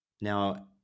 Now